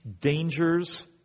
dangers